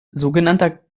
sogenannter